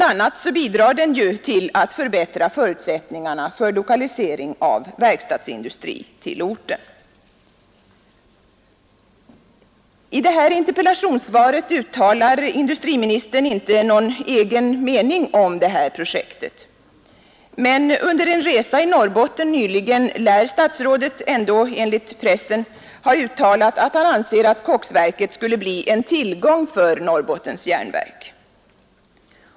a. bidrar den till att förbättra förutsättningarna för lokalisering av verkstadsindustri till orten. I interpellationssvaret uttalar industriministern ingen egen mening om projektet. Men under en resa i Norrbotten nyligen lär statsrådet ändå enligt pressen ha uttalat, att han anser att koksverket skulle bli en tillgång för Norrbottens järnverk.